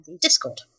Discord